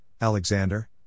Alexander